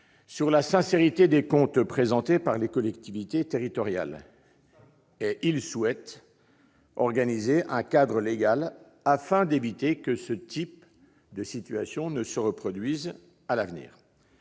sur la sincérité des comptes présentés par les collectivités territoriales. Ils souhaitent organiser un cadre légal afin d'éviter que ce type de situation ne se reproduise à l'avenir.